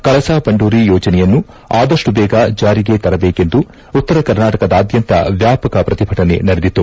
ಕಳಸಾ ಬಂಡೂರಿ ಯೋಜನೆಯನ್ನು ಆದಷ್ಟು ಬೇಗ ಜಾರಿಗೆ ತರಬೇಕೆಂದು ಉತ್ತರ ಕರ್ನಾಟಕದಾದ್ಯಂತ ವ್ಯಾಪಕ ಪ್ರತಿಭಟನೆ ನಡೆದಿತ್ತು